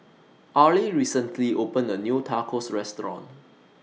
Arely recently opened A New Tacos Restaurant